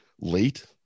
late